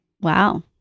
Wow